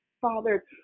father